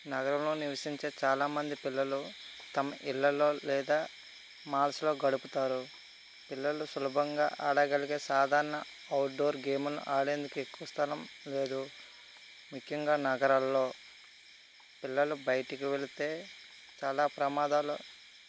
నగరంలో నివసించే చాలా మంది పిల్లలు తమ ఇళ్ళలో లేదా మాల్స్లో గడుపుతారు పిల్లలు సులభంగా ఆడగలిగే సాధారణ అవుట్డోర్ గేమ్లు ఆడేందుకు ఎక్కువ స్థలం లేదు ముఖ్యంగా నగరాలలో పిల్లలు బయటికి వెళితే చాలా ప్రమాదాలు